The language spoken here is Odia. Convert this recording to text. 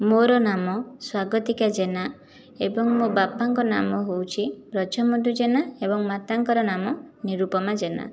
ମୋର ନାମ ସ୍ଵାଗତିକା ଜେନା ଏବଂ ମୋ' ବାପାଙ୍କ ନାମ ହେଉଛି ବ୍ରଜବନ୍ଧୁ ଜେନା ଏବଂ ମାତାଙ୍କର ନାମ ନିରୂପମା ଜେନା